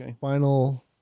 Final